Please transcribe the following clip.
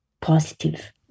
positive